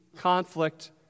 conflict